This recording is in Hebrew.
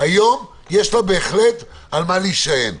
היום יש לך בהחלט על מה להישען,